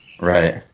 Right